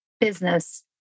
business